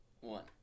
one